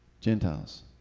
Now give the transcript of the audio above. Gentiles